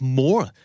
more